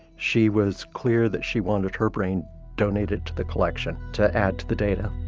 she was clear that she wanted her brain donated to the collection to add to the data.